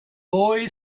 boy